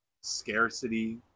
scarcity